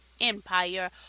empire